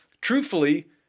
truthfully